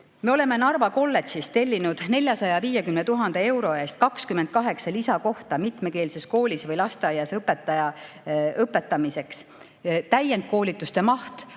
Me oleme Narva kolledžilt tellinud 450 000 euro eest 28 lisakohta mitmekeelses koolis või lasteaias õpetajate õpetamiseks. Täiendkoolituste maht